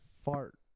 fart